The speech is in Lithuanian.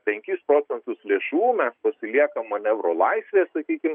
penkis procentus lėšų mes pasiliekam manevro laisvei sakykim